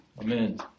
Amen